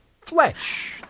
Fletch